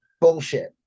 Bullshit